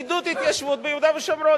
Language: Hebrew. עידוד התיישבות ביהודה ושומרון.